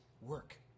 work